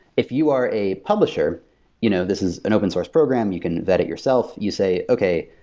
if you are a publisher you know this is an open source program. you can vet it yourself. you say, okay.